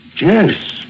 Yes